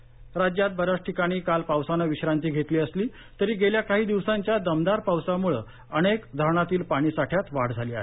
पाऊस राज्यात बन्याच ठिकाणी काल पावसान विश्रांती घेतली असली तरी गेल्या काही दिवसांच्या दमदार पावसामुळे अनेक धरणातील पाणी साठ्यात वाढ झाली आहे